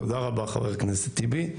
תודה רבה, חבר הכנסת טיבי.